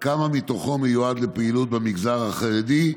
2. כמה מתוכו מיועד לפעילות במגזר החרדי,